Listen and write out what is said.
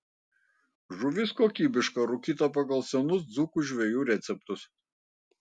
žuvis kokybiška rūkyta pagal senus dzūkų žvejų receptus